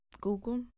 Google